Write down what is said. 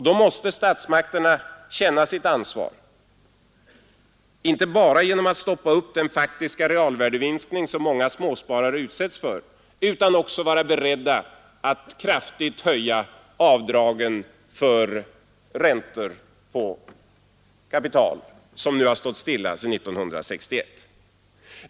Då måste statsmakterna känna sitt ansvar, inte bara genom att stoppa upp den faktiska realvärdeminskning som många småsparare utsätts för utan också genom att vara beredda att kraftigt höja avdragen för räntor på kapital, som nu har stått stilla sedan 1961.